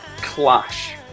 clash